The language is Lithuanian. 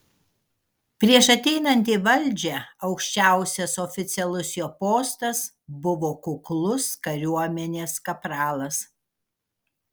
prieš ateinant į valdžią aukščiausias oficialus jo postas buvo kuklus kariuomenės kapralas